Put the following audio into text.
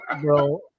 bro